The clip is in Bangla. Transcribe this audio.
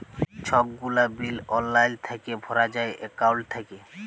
ছব গুলা বিল অললাইল থ্যাইকে ভরা যায় একাউল্ট থ্যাইকে